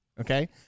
Okay